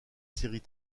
séries